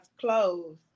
clothes